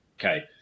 Okay